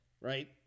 right